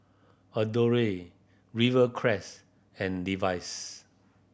Adore Rivercrest and Levi's